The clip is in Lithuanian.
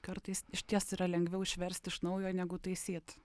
kartais išties yra lengviau išverst iš naujo negu taisyt